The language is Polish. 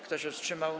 Kto się wstrzymał?